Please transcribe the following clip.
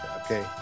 Okay